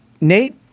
Nate